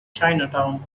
chinatown